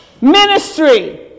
Ministry